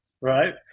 right